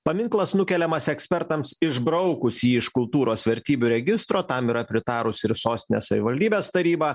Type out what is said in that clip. paminklas nukeliamas ekspertams išbraukusi jį iš kultūros vertybių registro tam yra pritarusi ir sostinės savivaldybės taryba